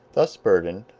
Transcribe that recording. thus burdened,